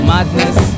Madness